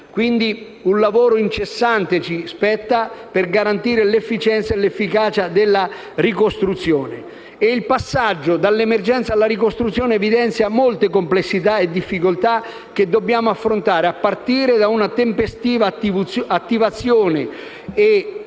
quindi, un lavoro incessante per garantire l'efficienza e l'efficacia della ricostruzione. Il passaggio dall'emergenza alla ricostruzione evidenzia complessità e difficoltà che dobbiamo affrontare, a partire da una tempestiva attivazione e